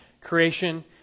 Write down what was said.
creation